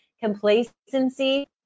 complacency